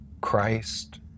Christ